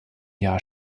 jahr